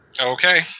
Okay